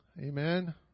amen